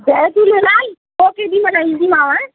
जय झूलेलाल पोइ केॾी महिल ईंदीमांव